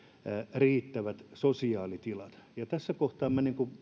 riittävät sosiaalitilat tässä kohtaa